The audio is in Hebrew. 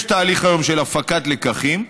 יש היום תהליך של הפקת לקחים.